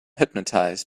hypnotized